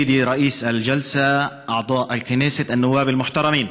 (אומר דברים בשפה הערבית, להלן תרגומם: